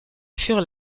fuir